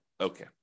Okay